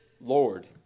Lord